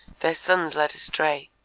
their sons led astray,